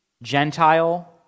Gentile